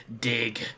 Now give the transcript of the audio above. dig